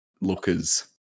lookers